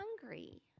hungry